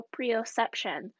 proprioception